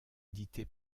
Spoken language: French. éditée